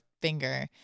finger